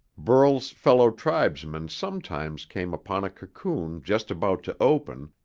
burl's fellow tribesmen sometimes came upon a cocoon just about to open,